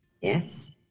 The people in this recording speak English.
Yes